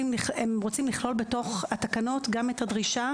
הם רוצים לכלול בתוך התקנות גם את הדרישה